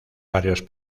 barrios